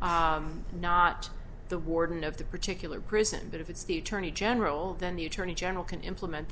not the warden of the particular prison but if it's the attorney general then the attorney general can implement